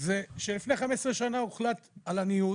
זה שלפני 15 שנה הוחלט על הניוד